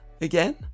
again